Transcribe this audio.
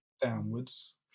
downwards